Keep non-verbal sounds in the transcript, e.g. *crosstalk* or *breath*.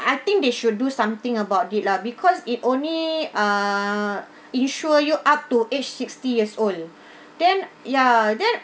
I think they should do something about it lah because it only uh insure you up to age sixty years old *breath* then ya then